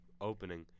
opening